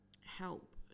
help